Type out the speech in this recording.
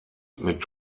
mit